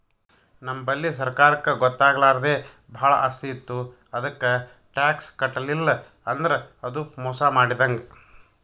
ನಮ್ ಬಲ್ಲಿ ಸರ್ಕಾರಕ್ಕ್ ಗೊತ್ತಾಗ್ಲಾರ್ದೆ ಭಾಳ್ ಆಸ್ತಿ ಇತ್ತು ಅದಕ್ಕ್ ಟ್ಯಾಕ್ಸ್ ಕಟ್ಟಲಿಲ್ಲ್ ಅಂದ್ರ ಅದು ಮೋಸ್ ಮಾಡಿದಂಗ್